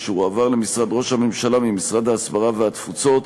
אשר הועבר למשרד ראש הממשלה ממשרד ההסברה והתפוצות,